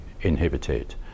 inhibited